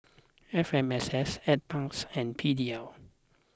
F M S S N Parks and P D L